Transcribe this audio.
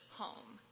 home